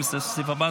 התשפ"ד 2024,